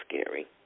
scary